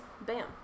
bam